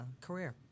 career